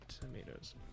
Tomatoes